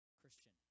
Christian